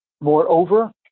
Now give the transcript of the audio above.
Moreover